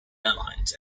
airlines